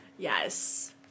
Yes